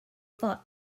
for